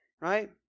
Right